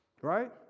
right